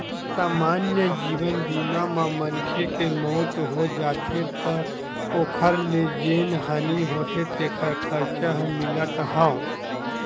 समान्य जीवन बीमा म मनखे के मउत हो जाथे त ओखर ले जेन हानि होथे तेखर खरचा ह मिलथ हव